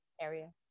area